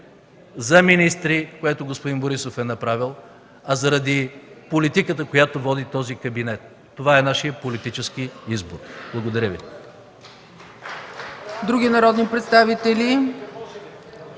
за министри, което господин Борисов е направил, а заради политиката, която води този кабинет. Това е нашият политически избор. Благодаря Ви.